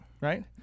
Right